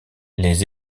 les